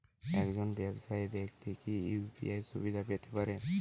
একজন ব্যাবসায়িক ব্যাক্তি কি ইউ.পি.আই সুবিধা পেতে পারে?